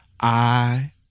I-